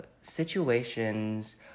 situations